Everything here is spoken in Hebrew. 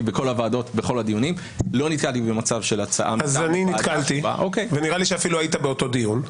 אז אני נתקלתי, ונראה לי שאפילו היית באותו דיון,